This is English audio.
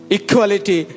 equality